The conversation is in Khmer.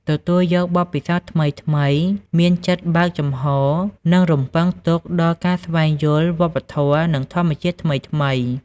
ទទួលយកបទពិសោធន៍ថ្មីៗ មានចិត្តបើកចំហ និងរំពឹងទុកដល់ការស្វែងយល់វប្បធម៌ និងធម្មជាតិថ្មីៗ។